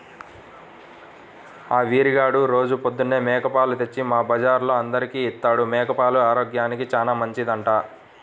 ఆ వీరిగాడు రోజూ పొద్దన్నే మేక పాలు తెచ్చి మా బజార్లో అందరికీ ఇత్తాడు, మేక పాలు ఆరోగ్యానికి చానా మంచిదంట